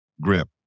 Grip